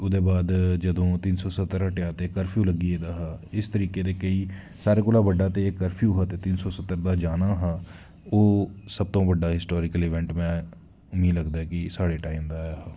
ओह्दे बाद जदूं तिन्न सौ सत्तर हटेआ ते कर्फ्यू लगी गेदा हा इस तरीके दे केईं सारें कोला बड्डा ते एह् कर्प्यू हा ते तिन्न सौ सत्तर दा जाना हा ओह् सबतों बड्डा हिस्टारिकल इवैंट में मीं लगदा ऐ कि साढ़ै टाईम दा ऐ